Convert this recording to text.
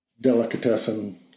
delicatessen